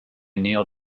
neil